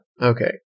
Okay